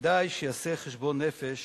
כדאי שיעשה חשבון נפש